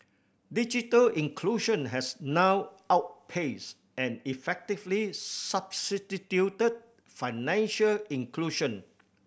digital inclusion has now outpaced and effectively substituted financial inclusion